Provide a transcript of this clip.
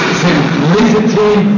simplicity